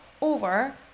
over